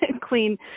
clean